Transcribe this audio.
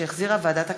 שהחזירה ועדת הכלכלה,